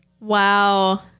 Wow